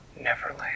Neverland